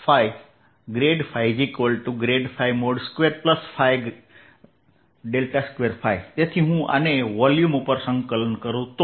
2ϕ2 તેથી હું આને વોલ્યુમ ઉપર સંકલન કરું તો